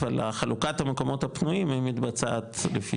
אבל חלוקת המקומות הפנויים היא מתבצעת לפי